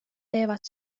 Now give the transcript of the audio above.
teevad